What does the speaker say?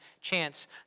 chance